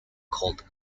called